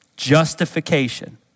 justification